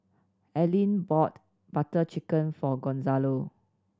Aleen bought Butter Chicken for Gonzalo